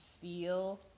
feel